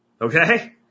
Okay